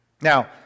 Now